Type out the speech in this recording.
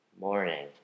morning